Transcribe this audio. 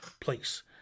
place